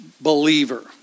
believer